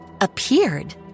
appeared